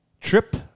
trip